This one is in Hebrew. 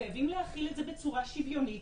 חייבים להכיל את זה בצורה שוויונית,